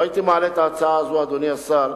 לא הייתי מעלה את ההצעה הזו, אדוני השר,